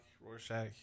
Rorschach